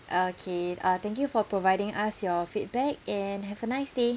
okay uh thank you for providing us your feedback and have a nice day